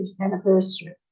anniversary